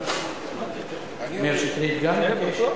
מאיר שטרית גם.